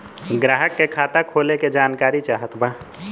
ग्राहक के खाता खोले के जानकारी चाहत बा?